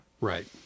Right